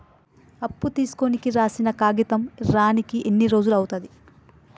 అప్పు తీసుకోనికి రాసిన కాగితం రానీకి ఎన్ని రోజులు అవుతది?